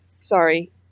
sorry